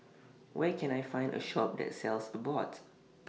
Where Can I Find A Shop that sells Abbott